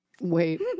Wait